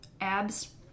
Abs